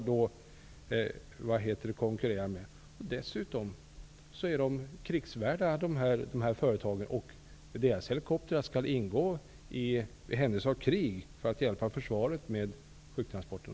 Dessutom är dessa företag värdefulla och deras helikoptrar skall i händelse av krig hjälpa försvaret med sjuktransporter.